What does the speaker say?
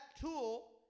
tool